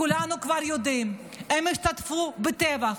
כולנו כבר יודעים, הם השתתפו בטבח.